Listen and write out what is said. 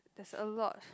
there's a lot